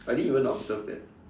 I didn't even observe that